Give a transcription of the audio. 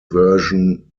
version